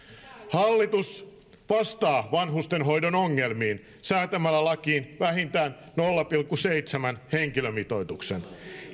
hallitus vastaa vanhustenhoidon ongelmiin säätämällä lakiin vähintään nolla pilkku seitsemän henkilömitoituksen